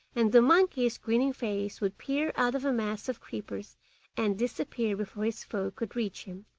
and the monkey's grinning face would peer out of a mass of creepers and disappear before his foe could reach him.